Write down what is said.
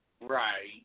Right